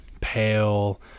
pale